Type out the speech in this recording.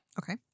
Okay